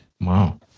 Wow